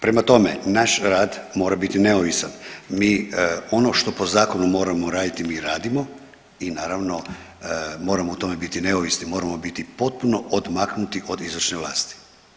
Prema tome, naš rad mora biti neovisan, mi ono što po zakonu moramo raditi mi radimo i naravno moramo u tome biti neovisni, moramo biti potpuno odmaknuti od izvršne vlasti.